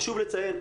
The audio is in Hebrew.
חשוב לציין.